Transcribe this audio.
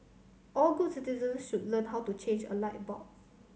all good citizens should learn how to change a light bulb